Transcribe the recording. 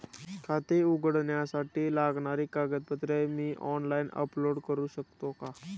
खाते उघडण्यासाठी लागणारी कागदपत्रे मी ऑनलाइन अपलोड करू शकतो का?